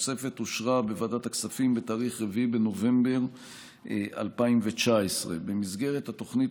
התוספת אושרה בוועדת הכספים בתאריך 4 בנובמבר 2019. במסגרת התוכנית